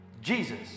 Jesus